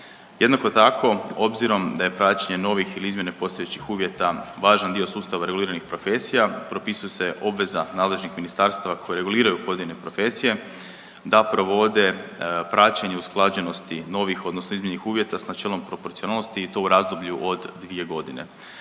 Jednako tako, obzirom da je praćenje novih ili izmjene postojećih uvjeta važan dio sustava reguliranih profesija, propisuje se obveza nadležnih ministarstva koje reguliraju pojedine profesije da provode praćenje usklađenosti novih odnosno izmijenjenih uvjeta s načelom proporcionalnosti i to u razdoblju od 2 godine,